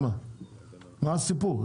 מה הסיפור?